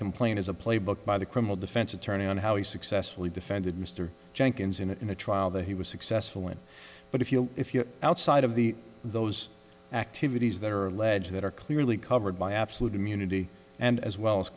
complaint is a play book by the criminal defense attorney on how he successfully defended mr jenkins in a trial that he was successful in but if you if you're outside of the those activities that are alleged that are clearly covered by absolute immunity and as well as